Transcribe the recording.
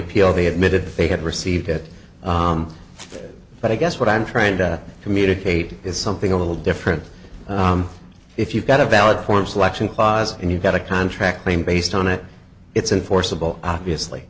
appeal they admitted that they had received it but i guess what i'm trying to communicate is something a little different if you've got a valid form of selection clause and you've got a contract claim based on it it's in forcible obviously